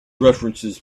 references